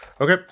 Okay